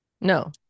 No